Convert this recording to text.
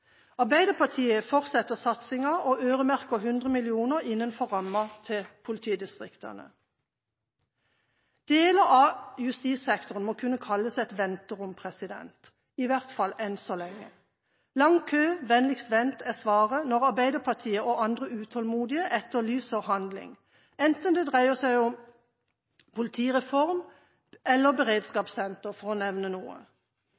Arbeiderpartiet fortsetter satsinga og øremerker 100 mill. kr innenfor rammen til politidistriktene. Deler av justissektoren må kunne kalles et venterom – i hvert fall enn så lenge. Lang kø eller vennligst vent er svaret når Arbeiderpartiet og andre utålmodige etterlyser handling – enten det dreier seg om politireform eller beredskapssenter, for å nevne noe.